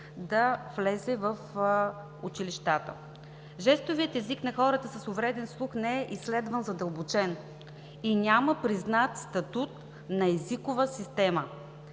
да влезе в училищата. Жестовият език на хората с увреден слух не е изследван задълбочено и няма признат статут на езикова система.